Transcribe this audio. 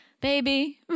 Baby